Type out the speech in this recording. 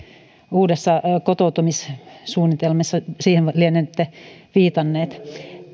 uudessa kotoutumissuunnitelmassa siihen lienette viitannut